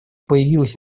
появилась